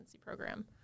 program